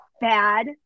bad